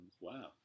Wow